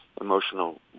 emotional